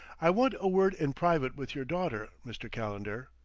i want a word in private with your daughter, mr. calendar,